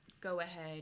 go-ahead